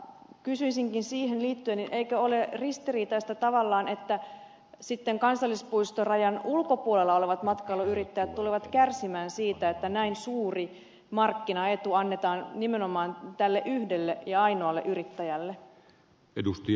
kysyisinkin siihen liittyen eikö ole ristiriitaista tavallaan että sitten kansallispuistorajan ulkopuolella olevat matkailuyrittäjät tulevat kärsimään siitä että näin suuri markkinaetu annetaan nimenomaan tälle yhdelle ja ainoalle yrittäjälle